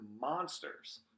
monsters